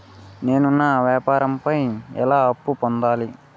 నేను నా వ్యాపారం పై ఎలా అప్పు పొందాలి?